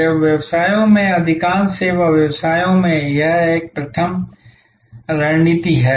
सेवा व्यवसायों में अधिकांश सेवा व्यवसायों में यह एक प्राथमिक रणनीति है